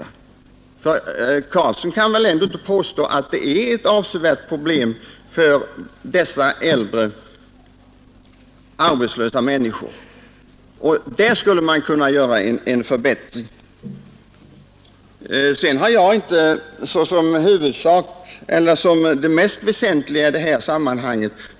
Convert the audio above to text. Och herr Karlsson i Ronneby kan väl inte påstå annat än att vi här har ett avsevärt problem för äldre arbetslösa människor och att vi här skulle kunna göra en förbättring. Slutligen har jag inte sett företagens problem som det mest väsentliga i detta sammanhang.